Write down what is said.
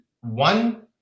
one